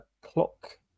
clock